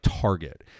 target